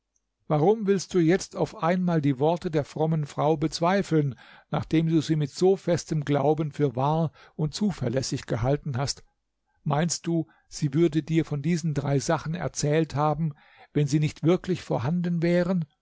warum willst du jetzt auf einmal die worte der frommen frau bezweifeln nachdem du sie mit so festem glauben für wahr und zuverlässig gehalten hast meinst du sie würde dir von diesen drei sachen erzählt haben wenn sie nicht wirklich vorhanden wären